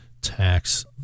tax